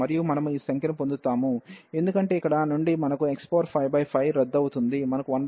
మరియు మనము ఈ సంఖ్యను పొందుతాము ఎందుకంటే ఇక్కడ నుండి మనకు x55రద్దు అవుతుంది మనకు 16వస్తుంది